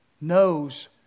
knows